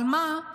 אבל מה?